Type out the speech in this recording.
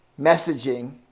messaging